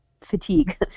fatigue